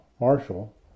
Marshall